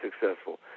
successful